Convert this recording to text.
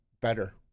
better